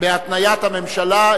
בהתניית הממשלה.